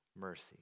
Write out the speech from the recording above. mercy